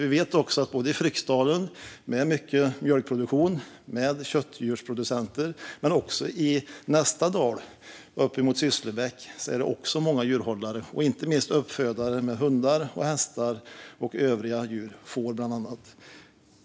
Vi vet att det både i Fryksdalen, med mycket mjölkproduktion och köttdjursproducenter, och i nästa dal, upp mot Sysslebäck, finns många djurhållare och inte minst uppfödare, med hundar, hästar, får och andra djur.